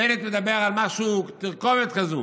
בנט מדבר על תרכובת כזאת.